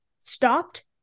stopped